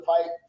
fight